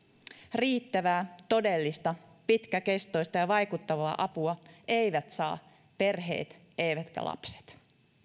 riittävää todellista pitkäkestoista ja vaikuttavaa apua eivät saa perheet eivätkä lapset